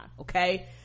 okay